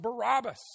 Barabbas